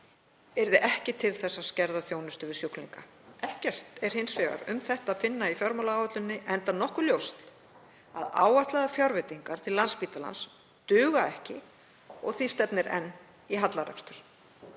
yrði ekki til þess að skerða þjónustu við sjúklinga. Ekkert er hins vegar um þetta að finna í fjármálaáætluninni enda nokkuð ljóst að áætlaðar fjárveitingar til Landspítalans duga ekki og því stefnir enn í hallarekstur.